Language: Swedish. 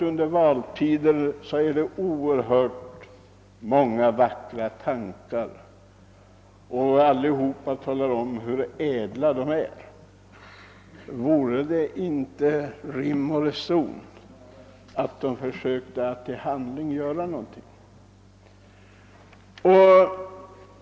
Under valtider förs det fram väldigt många vackra tankar, och alla talar om hur ädla de är. Vore det inte rim och reson att man även i handling visade detta?